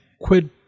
quid